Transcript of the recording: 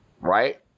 right